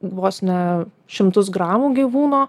vos ne šimtus gramų gyvūno